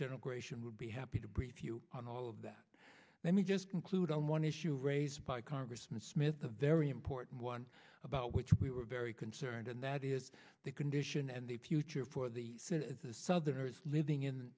gration would be happy to brief you on all of that let me just conclude on one issue raised by congressman smith a very important one about which we were very concerned and that is the condition and the future for the southerners living in